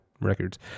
records